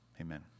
Amen